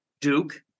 Duke